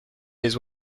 les